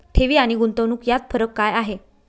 ठेवी आणि गुंतवणूक यात फरक काय आहे?